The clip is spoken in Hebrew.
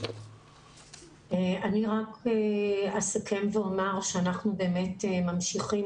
אני אסכם ואומר שאנחנו באמת ממשיכים